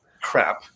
crap